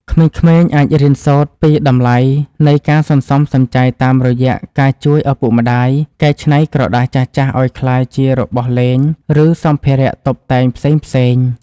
ក្មេងៗអាចរៀនសូត្រពីតម្លៃនៃការសន្សំសំចៃតាមរយៈការជួយឪពុកម្ដាយកែច្នៃក្រដាសចាស់ៗឱ្យក្លាយជារបស់លេង ឬ សម្ភារៈតុបតែងផ្សេងៗ។